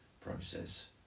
process